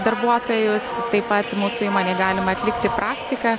darbuotojus taip pat mūsų įmonėj galima atlikti praktiką